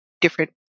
different